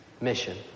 mission